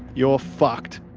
you're fucked.